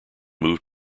moved